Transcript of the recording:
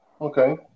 Okay